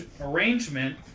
arrangement